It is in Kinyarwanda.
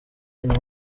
nyina